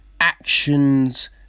actions